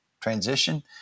transition